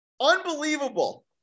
Unbelievable